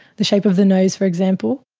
the shape of the nose for example.